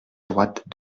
droite